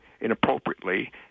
inappropriately